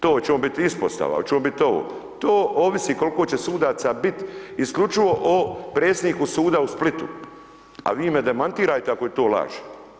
To hoće on biti ispostava, hoće on biti ovo, to ovisi koliko će sudaca biti isključivo o predsjedniku suda u Splitu a vi me demantirajte ako je to laž.